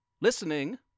listening